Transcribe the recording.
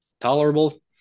tolerable